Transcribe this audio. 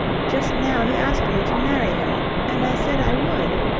just now he asked me to marry him, and i said i would.